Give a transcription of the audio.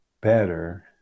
better